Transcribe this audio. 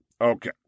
Okay